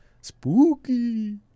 Spooky